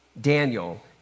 Daniel